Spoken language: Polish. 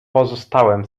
pozostałem